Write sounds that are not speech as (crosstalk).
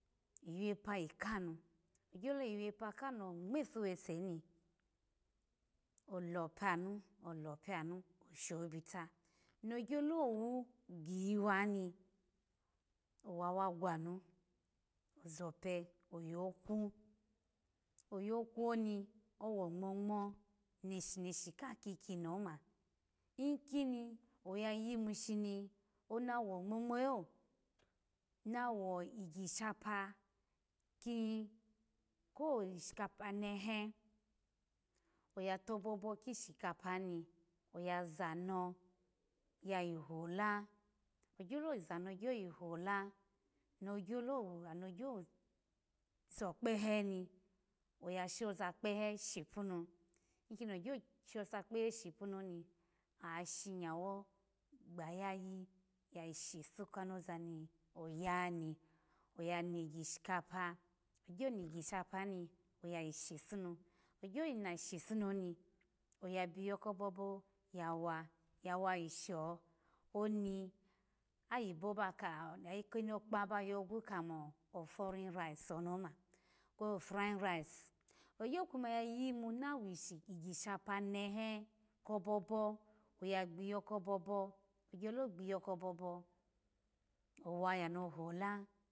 Oyi wepa yikanu ogyolo yiwepa nuno ngmafu wese hi olupe anu olupu anu shobita nogyolo wugiyiwani owawu gwa nu ozope oyokwu oyokwu oni owo ngmnongmo neneshi kala kikini mo kini oya yimu shiri ona wongmno ngmno to ona wigishapa ki ko wigishepa nehe aya tobobo kigishapa ni oyazano yayi hola ogyo lo zano yi hola gyelo ano gyo zokpehe mi ogh shoza kpehe shipu nu ikini ogyo shoza kpehe shipunu oni oya shinyawo ghayayi ya yipu kanoza ni oya ni oya nigishapa ogyo migisha pani ayo punu ogyo yina shipu oni ooya biyo kobobo ya wa yishoo ony ayibo baka ayi kinokpa ba yoka mo oforirice ori oma kpo furiyi rice onyo kuma na wigshapu nehe kobobo aya gbiyokobo (unintelligible) owa yano hola